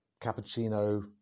cappuccino